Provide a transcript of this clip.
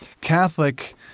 Catholic